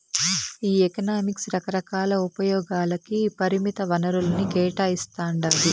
ఈ ఎకనామిక్స్ రకరకాల ఉపయోగాలకి పరిమిత వనరుల్ని కేటాయిస్తాండాది